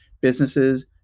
businesses